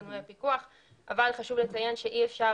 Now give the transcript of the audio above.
חשוב לציין שאי-אפשר